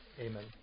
Amen